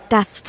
Das